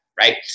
right